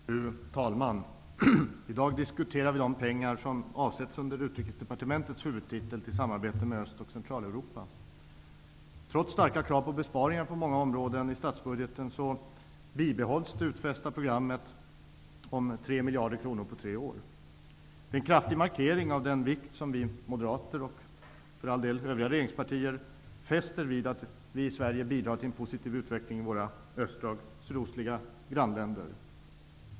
Fru talman! I dag diskuterar vi de pengar som avsätts under Utrikesdepartementets huvudtitel till samarbete med Öst och Centraleuropa. Trots starka krav på besparingar på många områden i statsbudgeten bibehålls det utfästa programmet om 3 miljarder kronor på tre år. Det är en kraftig markering av den vikt som vi moderater, liksom övriga regeringspartier, fäster vid att vi i Sverige bidrar till en positiv utveckling i våra östra och sydostliga grannländer.